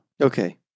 Okay